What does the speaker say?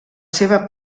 seva